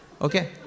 Okay